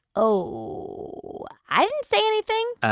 ohh. i didn't say anything.